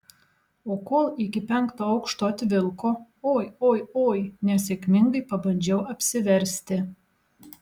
o kol iki penkto aukšto atvilko oi oi oi nesėkmingai pabandžiau apsiversti